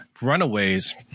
Runaways